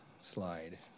slide